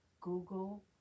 Google